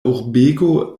urbego